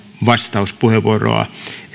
vastauspuheenvuoroa